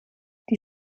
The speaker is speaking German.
die